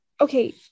Okay